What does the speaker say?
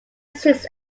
six